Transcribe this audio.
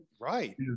right